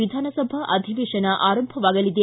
ವಿಧಾನಸಭಾ ಅಧಿವೇಶನ ಆರಂಭವಾಗಲಿದೆ